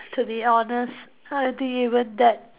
to be honest I think even that